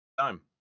Time